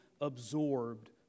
absorbed